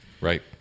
Right